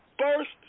first